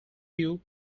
queue